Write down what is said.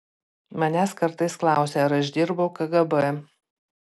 manęs kartais klausia ar aš dirbau kgb